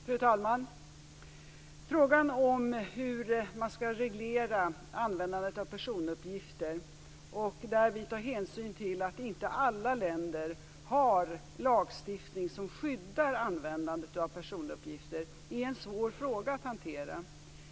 Fru talman! Frågan om hur man skall reglera användandet av personuppgifter och därvid ta hänsyn till att alla länder inte har lagstiftning som skyddar användandet av personuppgifter är svår att hantera.